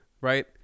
right